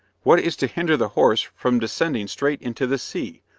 what is to hinder the horse from descending straight into the sea,